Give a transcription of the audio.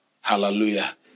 hallelujah